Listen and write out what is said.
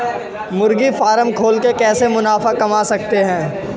मुर्गी फार्म खोल के कैसे मुनाफा कमा सकते हैं?